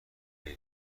بری